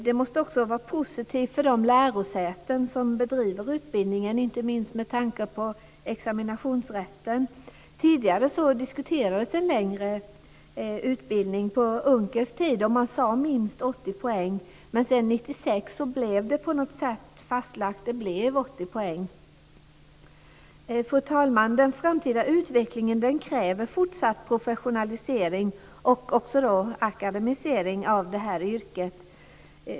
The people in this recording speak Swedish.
Det måste också vara positivt för de lärosäten som bedriver utbildningen, inte minst med tanke på examinationsrätten. På Unckels tid diskuterades en längre utbildning. Man sade minst 80 poäng. Men 1996 blev det på något sätt fastlagt till 80 poäng. Fru talman! Den framtida utvecklingen kräver fortsatt professionalisering och akademisering av det här yrket.